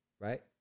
right